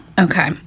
Okay